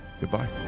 Goodbye